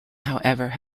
however